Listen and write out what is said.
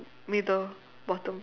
middle bottom